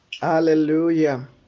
Hallelujah